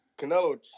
Canelo